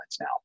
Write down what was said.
now